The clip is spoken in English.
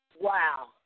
wow